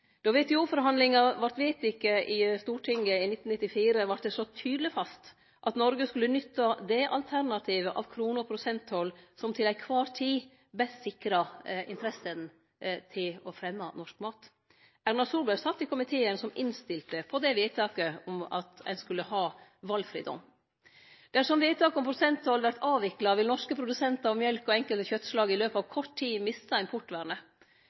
Då WTO-forhandlingane vart vedtekne i Stortinget i 1994, vart det slått tydleg fast at Noreg skulle nytte det alternativet av krone- og prosenttoll som til ei kvar tid best sikra interessene for å fremje norsk mat. Erna Solberg sat i komiteen som innstilte på vedtaket om at ein skulle ha valfridom. Dersom vedtaket om prosenttoll vert avvikla, vil norske produsentar av mjølk og enkelte kjøttslag i løpet av kort tid miste importvernet. Kronetollen, som er ein